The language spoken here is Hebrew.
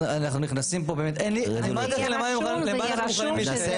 אנחנו נכנסים פה באמת אני אמרתי לכם למה אנחנו מוכנים להתחייב.